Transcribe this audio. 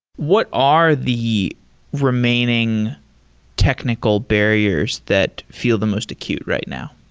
what are the remaining technical barriers that feel the most acute right now?